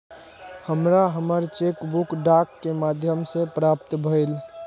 हमरा हमर cheque book डाक के माध्यम से प्राप्त भईल